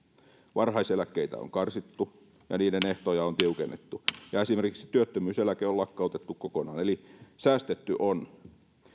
varhaiseläkkeitä on karsittu ja niiden ehtoja on tiukennettu ja esimerkiksi työttömyyseläke on lakkautettu kokonaan eli säästetty on